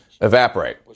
evaporate